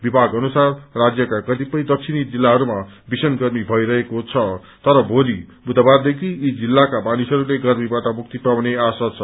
विमाग अनुसार राज्यका कतिपय दक्षिणी जिल्लाहरूमा भीषण गर्मी भइरहेको छ तर भोलि बुधबारदेखि यी जिल्लाका मानिसहरूले गर्मीबाट मुक्ति पाउने आशा छ